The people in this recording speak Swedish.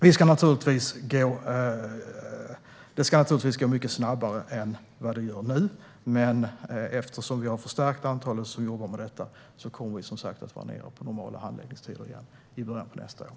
Det ska naturligtvis gå mycket snabbare än det gör nu, men eftersom vi har förstärkt antalet som jobbar med detta kommer vi som sagt att vara nere på normala handläggningstider igen i början av nästa år.